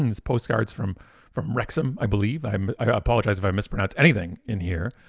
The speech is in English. and this postcard's from from wrexham i believe. i um i apologize if i mispronounced anything in here,